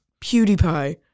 PewDiePie